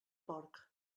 porc